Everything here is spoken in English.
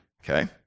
Okay